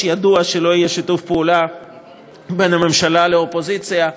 ידוע שלא יהיה שיתוף פעולה בין הממשלה לאופוזיציה.